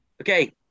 Okay